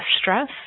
stress